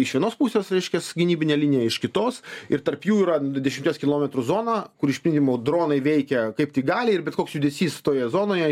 iš vienos pusės reiškias gynybinė linija iš kitos ir tarp jų yra dešimties kilometrų zona kur išpylimų dronai veikia kaip tik gali ir bet koks judesys toje zonoje